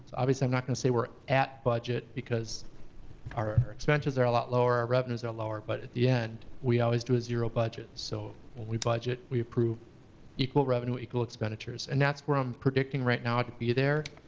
obviously, i'm not gonna say we're at budget because our ah expenses are a lot lower, our revenues are lower, but at the end we always do a zero budget. so when we budget we approve equal revenue, equal expenditures. and that's where i'm predicting right now to be there.